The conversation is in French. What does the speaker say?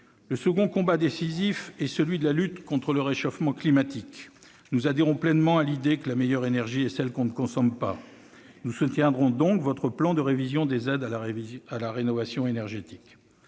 Le second combat décisif est celui contre le réchauffement climatique. À cet égard, nous adhérons pleinement à l'idée que la meilleure énergie est celle que l'on ne consomme pas. Nous soutiendrons donc votre plan de révision des aides à la rénovation énergétique,